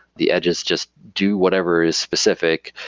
the edges just do whatever is specific,